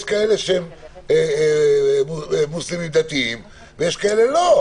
יש כאלה שהם מוסלמים דתיים, ויש כאלה שלא.